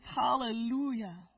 Hallelujah